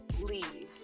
leave